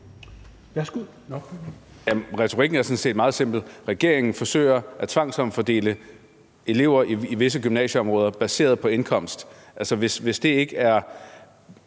(KF): Retorikken er sådan set meget simpel. Regeringen forsøger at tvangsomfordele elever i visse gymnasieområder baseret på indkomst. Altså, hvis det ikke er